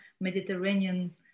Mediterranean